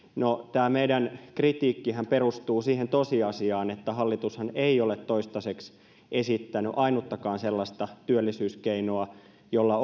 tämä meidän kritiikkimme perustuu siihen tosiasiaan että hallitushan ei ole toistaiseksi esittänyt ainuttakaan sellaista työllisyyskeinoa jolla